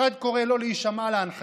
אחד קורא לא להישמע להנחיות,